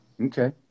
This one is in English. Okay